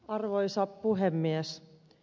arvoisa puhemies